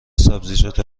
سبزیجات